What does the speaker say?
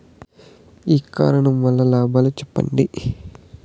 ఇ commerce వల్ల లాభాలు సెప్పండి?